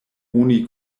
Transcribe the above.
oni